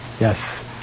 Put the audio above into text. Yes